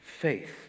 faith